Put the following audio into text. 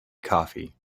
coffee